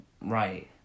Right